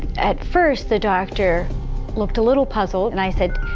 at first the doctor looked a little puzzled. and i said,